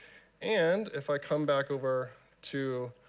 and if i come back over to